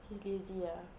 he's crazy ah